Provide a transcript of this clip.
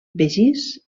begís